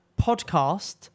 podcast